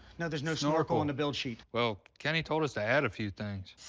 no, there's no snorkel on the build sheet. well, kenny told us to add a few things.